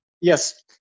Yes